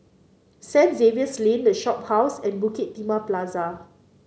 Saint Xavier's Lane The Shophouse and Bukit Timah Plaza